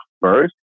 first